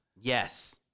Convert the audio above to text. yes